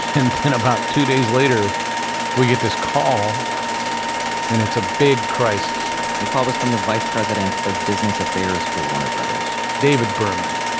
and then about two days later we get this call and it's a big crisis. the and call was from the vice president of business affairs for warner brothers. david berman,